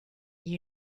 you